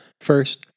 first